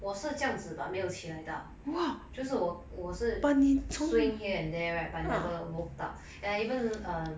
我是这样子吧没有起来到就是我我是 swing here and there right but never woke up and even uh